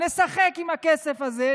נשחק עם הכסף הזה,